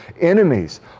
enemies